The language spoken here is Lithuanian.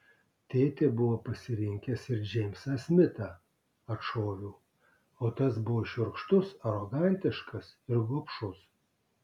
tėtė buvo pasirinkęs ir džeimsą smitą atšoviau o tas buvo šiurkštus arogantiškas ir gobšus